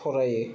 फरायो